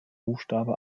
buchstabe